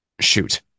shoot